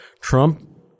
Trump